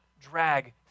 drag